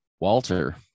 Walter